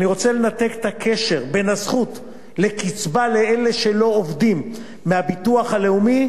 ואני רוצה לנתק את הקשר בין הזכות לקצבה מהביטוח הלאומי